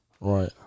Right